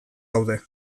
gaude